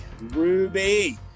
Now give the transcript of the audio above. Ruby